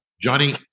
Johnny